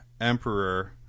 Emperor